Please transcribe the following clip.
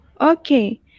okay